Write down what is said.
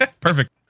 Perfect